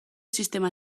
sistema